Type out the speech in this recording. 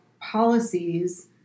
policies